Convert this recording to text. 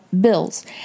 bills